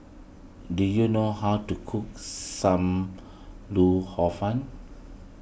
do you know how to cook Sam Lau Hor Fun